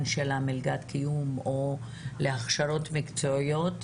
של מלגת הקיום או להכשרות מקצועיות,